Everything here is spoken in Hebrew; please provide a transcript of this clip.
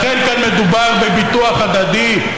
לכן כאן מדובר בביטוח הדדי,